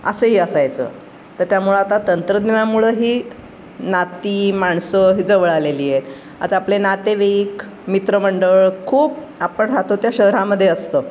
असंही असायचं तर त्यामुळं आता तंत्रज्ञानामुळंही नाती माणसं ही जवळ आलेली आहेत आता आपले नातेवाईक मित्रमंडळ खूप आपण राहतो त्या शहरामध्ये असतं